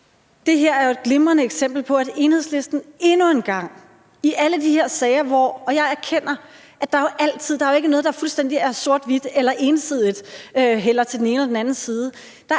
Det her er jo et glimrende eksempel på, at Enhedslisten endnu en gang gør, ligesom de gør i alle den her slags sager. Jeg erkender, at der jo ikke er noget, der fuldstændig sort-hvidt eller ensidigt hælder til den ene eller den anden side. Der er